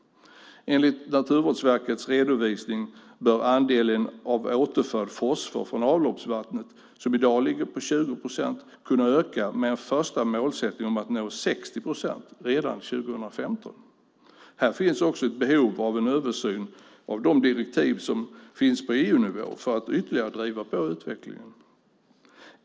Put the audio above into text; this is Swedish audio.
Enligt Naturvårdsverkets redovisning bör andelen av återförd fosfor från avloppsvattnet, som i dag ligger på 20 procent, kunna öka. En första målsättning är att man ska nå 60 procent redan 2015. Här finns också ett behov av en översyn av de direktiv som finns på EU-nivå för att ytterligare driva på utvecklingen.